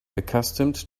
accustomed